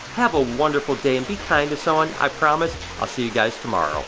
have a wonderful day, and be kind to someone. i promise i'll see you guys tomorrow.